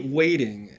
waiting